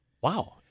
Wow